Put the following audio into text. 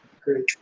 Great